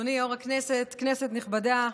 אדוני יו"ר הכנסת, כנסת נכבדה,